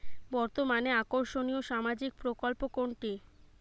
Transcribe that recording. বর্তমানে আকর্ষনিয় সামাজিক প্রকল্প কোনটি?